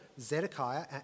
Zedekiah